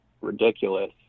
ridiculous